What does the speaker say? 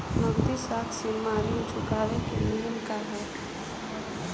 नगदी साख सीमा ऋण चुकावे के नियम का ह?